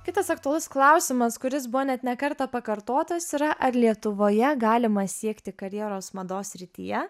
kitas aktualus klausimas kuris buvo net ne kartą pakartotas yra ar lietuvoje galima siekti karjeros mados srityje